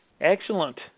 Excellent